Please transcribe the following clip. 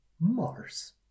Mars